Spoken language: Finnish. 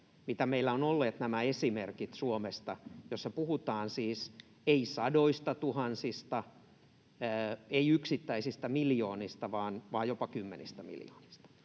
mitä meillä on ollut, niissä puhutaan siis ei sadoistatuhansista, ei yksittäisistä miljoonista, vaan jopa kymmenistä miljoonista.